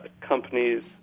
companies